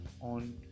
on